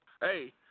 Hey